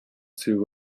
two